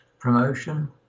promotion